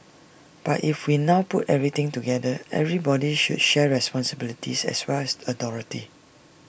but if we now put everything together everybody should share responsibilities as well as authority